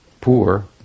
poor